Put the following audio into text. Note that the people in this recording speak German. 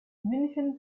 münchen